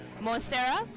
Monstera